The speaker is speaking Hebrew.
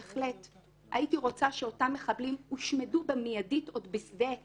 בהחלט הייתי רוצה שאותם מחבלים יושמדו מיידית עוד בשדה,